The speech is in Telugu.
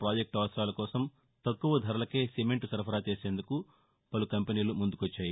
ప్రాజెక్టు అవసరాల కోసం తక్కువ ధరకే సిమెంట్ సరఫరా చేసేందుకు పలు కంపెనీలు ముందుకొచ్చాయి